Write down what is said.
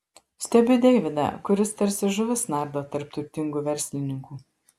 stebiu deividą kuris tarsi žuvis nardo tarp turtingų verslininkų